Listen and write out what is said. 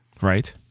Right